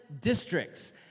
districts